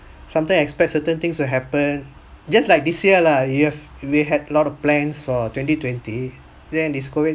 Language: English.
sometime expect certain things to happen just like this year lah if they had a lot of plans for twenty twenty then its COVID